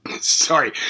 Sorry